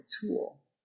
tool